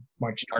March